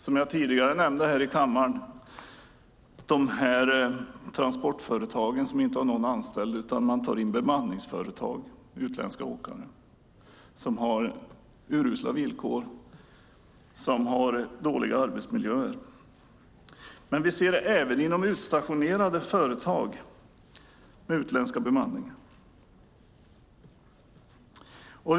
Jag nämnde tidigare här i kammaren transportföretag som inte har någon anställd utan tar in bemanningsföretag med utländska åkare som har urusla villkor och dåliga arbetsmiljöer, men vi ser det även inom utstationerade företag med utländska bemanningar.